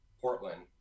Portland